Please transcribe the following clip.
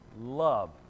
love